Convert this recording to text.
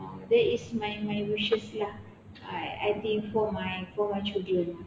ah that is my my wishes lah I I think for my for my children